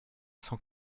cent